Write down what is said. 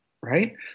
right